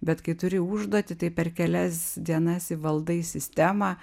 bet kai turi užduotį tai per kelias dienas įvaldai sistemą